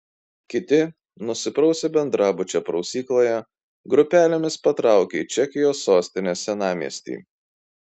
kiti nusiprausę bendrabučio prausykloje grupelėmis patraukė į čekijos sostinės senamiestį